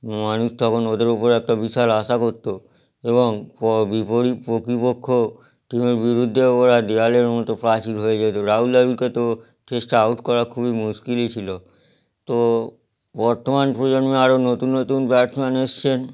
মানুষ তখন ওদের ওপরে একটা বিশাল আশা করত এবং প বিপরীত প্রতিপক্ষ টিমের বিরুদ্ধে ওরা দেওয়ালের মতো প্রাচীর হয়ে যেত রাহুল দ্রাবিড়কে তো টেস্টে আউট করা খুবই মুশকিলই ছিল তো বর্তমান প্রজন্মে আরও নতুন নতুন ব্যাটসম্যান এসেছেন